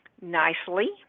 nicely